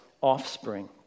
offspring